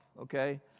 okay